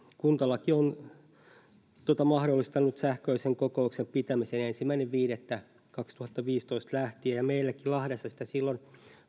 kuntalaki on mahdollistanut sähköisen kokouksen pitämisen ensimmäinen viidettä kaksituhattaviisitoista lähtien meilläkin lahdessa sitä silloin